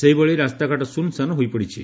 ସେହିଭଳି ରାସ୍ତାଘାଟ ଶୃନ୍ଶାନ୍ ହୋଇପଡ଼ିଛି